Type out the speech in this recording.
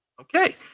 Okay